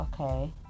Okay